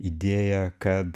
idėją kad